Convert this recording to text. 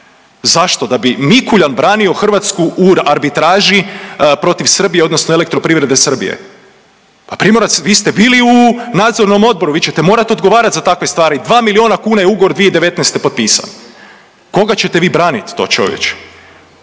Zašto? Da bi Mikuljan branio Hrvatsku u arbitraži protiv Srbije odnosno Elektroprivrede Srbije. A Primorac vi ste bili u nadzornom odboru vi ćete morat odgovarat za takve stvari, 2 miliona kuna je ugovor 2019. potpisan. Koga ćete vi branit to čovječe?